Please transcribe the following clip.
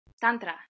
tantra